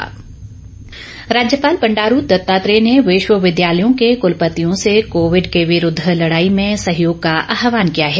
राज्यपाल राज्यपाल बंडारू दत्तात्रेय ने विश्वविद्यालयों के कुलपतियों से कोविड के विरूद्व लड़ाई में सहयोग का आहवान किया है